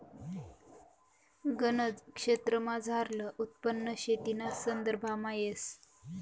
गनज क्षेत्रमझारलं उत्पन्न शेतीना संदर्भामा येस